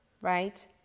Right